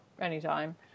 anytime